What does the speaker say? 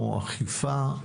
אמרנו אכיפה.